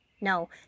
no